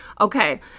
Okay